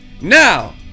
Now